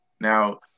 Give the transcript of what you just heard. Now